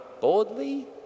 boldly